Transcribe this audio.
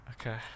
Okay